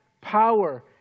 power